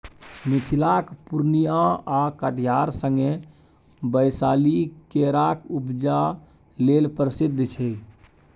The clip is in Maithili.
मिथिलाक पुर्णियाँ आ कटिहार संगे बैशाली केराक उपजा लेल प्रसिद्ध छै